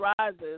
rises